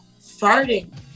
farting